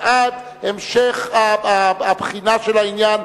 אנחנו בעד המשך הבחינה של העניין,